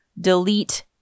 delete